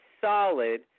solid